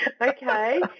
Okay